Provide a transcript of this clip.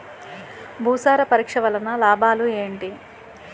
భూసార పరీక్ష వలన లాభాలు ఏంటి?